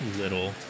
little